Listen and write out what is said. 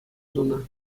тунӑ